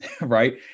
right